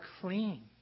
clean